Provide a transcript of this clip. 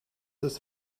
das